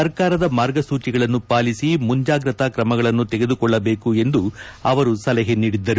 ಸರ್ಕಾರದ ಮಾರ್ಗಸೂಚಿಗಳನ್ನು ಪಾಲಿಸ ಮುಂಜಾಗ್ರತಾ ಕ್ರಮಗಳನ್ನು ತೆಗೆದುಕೊಳ್ಳಬೇಕು ಎಂದು ಅವರು ಸಲಹೆ ನೀಡಿದ್ದರು